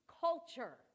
culture